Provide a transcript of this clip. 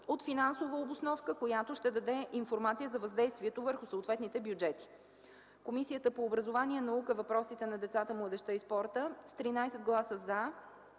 от финансова обосновка, която ще даде информация за въздействието върху съответните бюджети. Комисията по образование, наука, въпросите на децата, младежта и спорта с 13 гласа „за”,